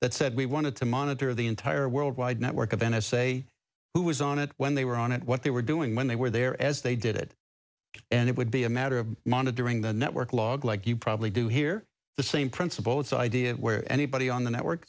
said we wanted to monitor the entire worldwide network of n s a who was on it when they were on it what they were doing when they were there as they did it and it would be a matter of monitoring the network log like you probably do here the same principle it's an idea where anybody on the network